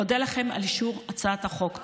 אודה לכם על אישור הצעת החוק.